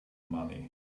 money